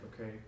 okay